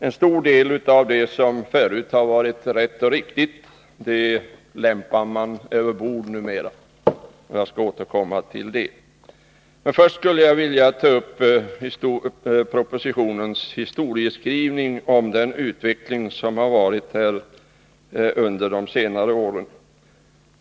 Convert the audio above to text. En stor del av det som förut var rätt och riktigt lämpar man över bord numera. Jag skall återkomma till detta. Först skulle jag vilja ta upp propositionens historieskrivning om utvecklingen under de senare åren.